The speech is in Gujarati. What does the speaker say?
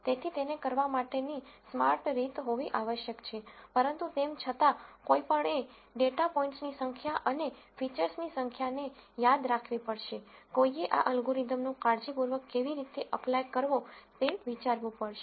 તેથી તેને કરવા માટેની સ્માર્ટ રીત હોવી આવશ્યક છે પરંતુ તેમ છતાં કોઈપણએ ડેટા પોઇન્ટ્સની સંખ્યા અને ફીચર્સની સંખ્યાને યાદ રાખવી પડશે કોઈએ આ અલ્ગોરિધમનો કાળજીપૂર્વક કેવી રીતે અપ્લાય કરવો તે વિચારવું પડશે